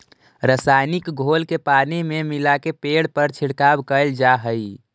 रसायनिक घोल के पानी में मिलाके पेड़ पर छिड़काव कैल जा हई